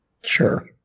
Sure